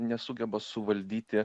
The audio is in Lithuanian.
nesugeba suvaldyti